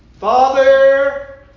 Father